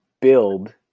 build